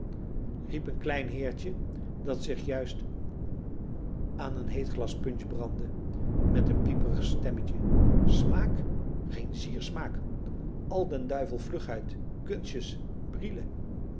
riep een klein heertje dat zich juist aan een heet glas punch brandde met een pieperig stemmetje smaak geen zier smaak al den duivel vlugheid kunstjes brille